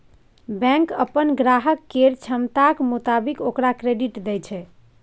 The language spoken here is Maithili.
बैंक अप्पन ग्राहक केर क्षमताक मोताबिक ओकरा क्रेडिट दय छै